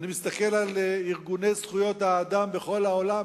אני מסתכל על ארגוני זכויות האדם בכל העולם,